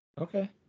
Okay